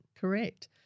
Correct